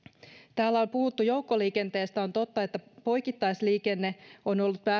täällä on puhuttu joukkoliikenteestä on totta että poikittaisliikenne on ollut